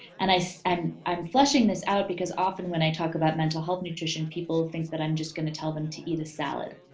and so um i'm fleshing this out because often when i talk about mental health nutrition people think that i'm just gonna tell them to eat a salad.